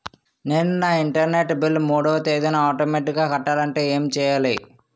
నేను నా internet bill మూడవ తేదీన ఆటోమేటిగ్గా కట్టాలంటే ఏం చేయాలి?